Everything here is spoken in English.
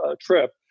trip